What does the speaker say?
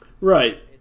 Right